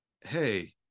Hey